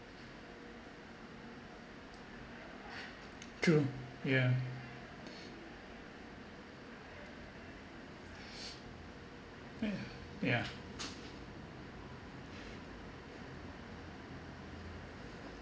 true yeah ya yeah